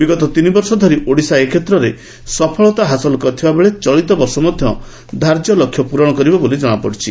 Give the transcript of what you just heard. ବିଗତ ତିନିବର୍ଷ ଧରି ଓଡ଼ିଶା ଏ କ୍ଷେତ୍ରରେ ସଫଳତା ହାସଲ କରିଥିବା ବେଳେ ଚଳିତବର୍ଷ ମଧ୍ୟ ଧାର୍ଯ୍ୟ ଲକ୍ଷ୍ୟ ପ୍ରରଣ କରିବ ବୋଲି ଜଣାପଡ଼ିଛି